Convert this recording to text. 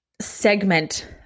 segment